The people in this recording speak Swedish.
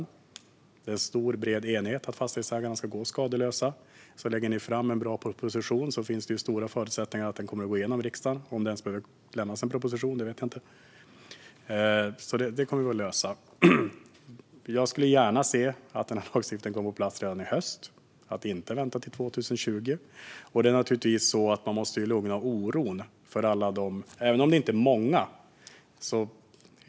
Det finns en stor och bred enighet om att fastighetsägarna ska gå skadeslösa. Om man lägger fram en bra proposition finns det goda förutsättningar för att den kommer att gå igenom i riksdagen, om det ens behöver lämnas en proposition - det vet jag inte. Det kommer vi att lösa. Jag skulle gärna se att denna lagstiftning kommer på plats redan i höst och att vi inte väntar till 2020. Det är naturligtvis så att man måste lugna oron hos människor, även om det inte är många.